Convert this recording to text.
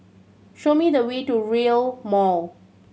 show me the way to Rail Mall